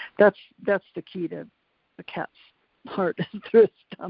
that's that's the key to a cat's heart is and through um